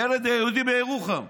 הילד היהודי בירוחם.